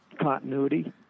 continuity